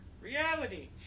Reality